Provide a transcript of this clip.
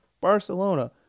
Barcelona